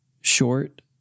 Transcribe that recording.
short